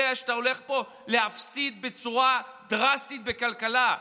שאתה הולך להפסיד פה בצורה דרסטית בכלכלה.